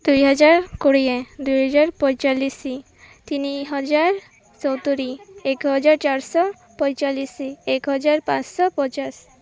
ଦୁଇ ହଜାର କୋଡ଼ିଏ ଦୁଇ ହଜାର ପଇଁଚାଲିଶି ତିନି ହଜାର ଚଉସ୍ତରି ଏକ ହଜାର ଚାରି ଶହ ପଇଁଚାଲିଶି ଏକ ହଜାର ପାଞ୍ଚ ଶହ ପଚାଶ